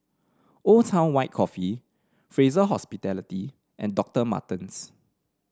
Old Town White Coffee Fraser Hospitality and Dovtor Martens